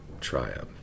triumph